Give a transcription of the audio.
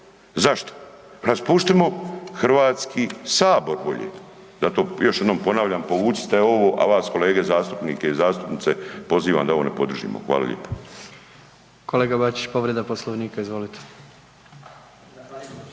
Zašto? Raspuštimo HS bolje, da to još jednom ponavljam, povucite ovo, a vas kolege zastupnike i zastupnice pozivam da ovo ne podržimo. Hvala lijepo. **Jandroković, Gordan